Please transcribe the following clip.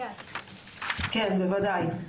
כן, בוודאי.